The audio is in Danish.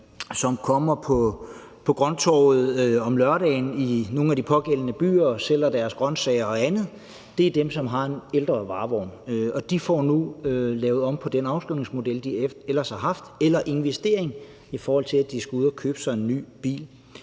kommer på grønttorvet i nogle af de pågældende byer og sælger deres grøntsager og andet; det er dem, som har en ældre varevogn. De får nu lavet om på den afskrivningsmodel, de hidtil har haft, eller den investering, det er, i forhold til at de skal ud at købe sig en ny bil.